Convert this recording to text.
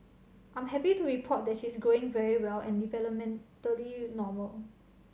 I'm happy to report that she's growing very well and developmentally normal